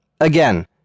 Again